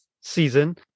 season